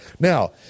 Now